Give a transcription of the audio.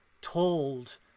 told